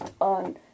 on